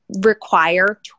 require